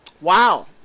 Wow